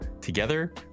together